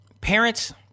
parents